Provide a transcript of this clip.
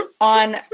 on